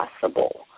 possible